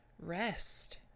Rest